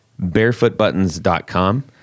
barefootbuttons.com